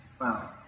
Wow